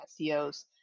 seos